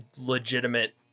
legitimate